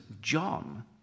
John